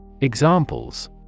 Examples